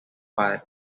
padres